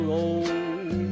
old